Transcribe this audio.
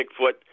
Bigfoot